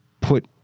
put